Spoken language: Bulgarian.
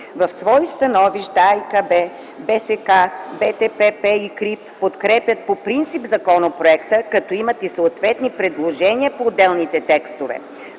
В своите становища АИКБ, БСК, БТПП и КРИБ подкрепят по принцип законопроекта, като имат и съответни предложения по отделните текстове.